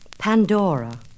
Pandora